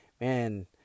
man